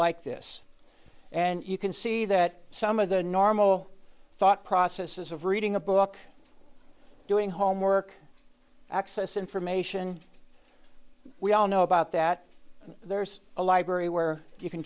like this and you can see that some of the normal thought processes of reading a book doing homework access information we all know about that there's a library where you can